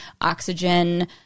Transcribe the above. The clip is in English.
oxygen